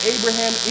Abraham